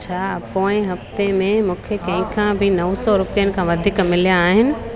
छा पोएं हफ़्ते में मूंखे कहिंखा बि नव सौ रुपियनि खां वधीक मिलिया आहिनि